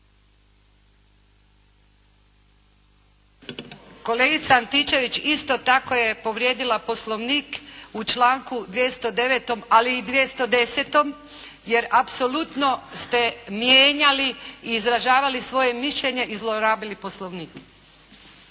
Kolegica Antičević isto tako je povrijedila Poslovnik u članku 209. ali i 210, jer apsolutno ste mijenjali i izražavali svoje mišljenje i zlorabili Poslovnik.